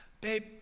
babe